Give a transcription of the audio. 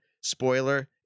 spoiler